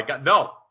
no